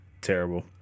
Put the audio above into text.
Terrible